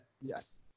Yes